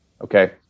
Okay